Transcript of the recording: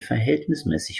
verhältnismäßig